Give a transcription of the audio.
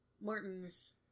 Martin's